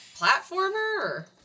platformer